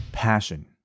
passion